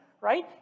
Right